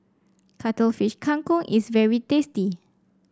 Cuttlefish Kang Kong is very tasty